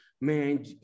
Man